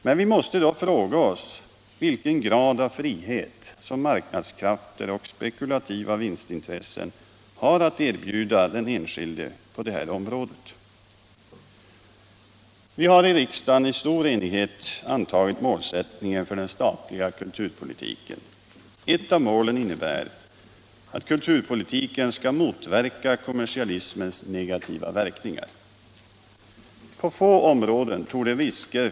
Men vi måste fråga oss vilken grad av frihet som marknadskrafter och spekulativa vinstintressen har att erbjuda den enskilde på det här området. Vi har i riksdagen i enighet antagit målsättningen för den statliga kulturpolitiken. Ett av målen innebär att kulturpolitiken skall motverka kommersialismens negativa verkningar. På få områden torde riske:.